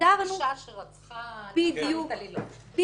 אישה שרצחה לאחר התעללות.